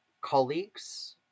colleagues